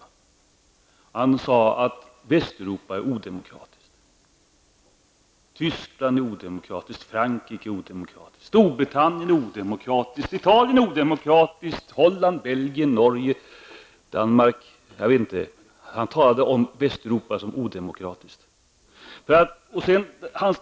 Han sade att Västeuropa är odemokratiskt. Tyskland, Belgien, Norge och Danmark är odemokratiska. Han talade om Västeuropa som odemokratiskt.